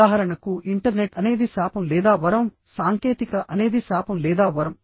ఉదాహరణకు ఇంటర్నెట్ అనేది శాపం లేదా వరం సాంకేతికత అనేది శాపం లేదా వరం